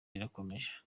rirakomeje